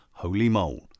holymole